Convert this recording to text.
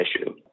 issue